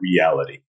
Reality